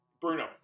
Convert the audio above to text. Bruno